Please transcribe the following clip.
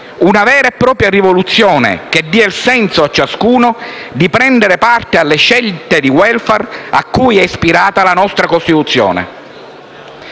una vera e propria rivoluzione che dia il senso a ciascuno di prendere parte alle scelte di *welfare* a cui è ispirata la nostra Costituzione.